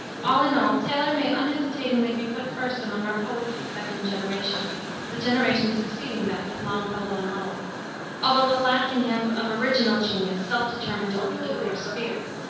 all in all, taylor may unhesitatingly be put first among our poets of the second generation the generation succeeding that of longfellow and lowell although the lack in him of original genius self-determined to a peculiar sphere,